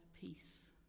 peace